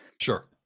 Sure